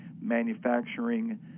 manufacturing